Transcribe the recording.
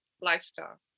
lifestyle